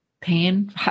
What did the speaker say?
pain